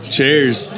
Cheers